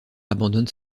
abandonne